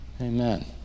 Amen